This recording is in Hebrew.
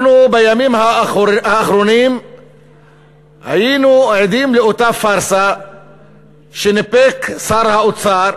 אנחנו בימים האחרונים היינו עדים לאותה פארסה שניפק שר האוצר,